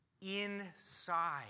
inside